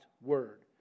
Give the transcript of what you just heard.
word